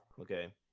okay